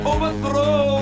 Overthrow